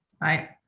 right